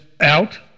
out